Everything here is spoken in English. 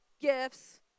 gifts